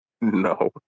No